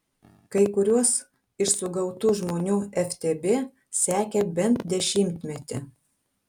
kai kuriuos iš sugautų žmonių ftb sekė bent dešimtmetį